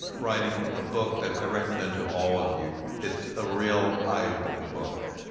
writing a book that i recommend to all of you. it's a real eye-opening book.